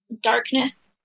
darkness